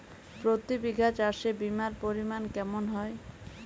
প্রতি বিঘা চাষে বিমার পরিমান কেমন হয়?